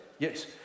Yes